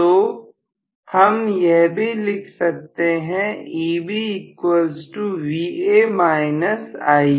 तो हम यह भी लिख सकते हैं EbVa IaRa